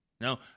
No